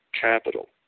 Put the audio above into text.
capital